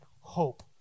hope